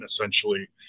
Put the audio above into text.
essentially